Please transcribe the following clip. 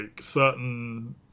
certain